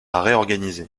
réorganiser